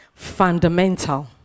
fundamental